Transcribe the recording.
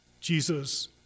Jesus